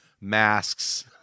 masks